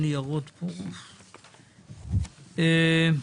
הצבעה אושר.